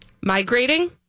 migrating